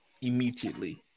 immediately